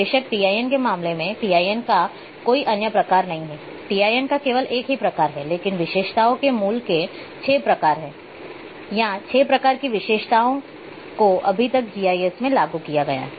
बेशक टीआईएन के मामले में टीआईएन का कोई अन्य प्रकार नहीं है टीआईएन का केवल एक ही प्रकार है लेकिन विशेषताओं के मूल के 6 प्रकार है या 6 प्रकार की विशेषताओं को अभी तक जीआईएस में लागू किया गया है